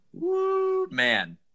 man